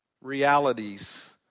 realities